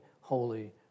holy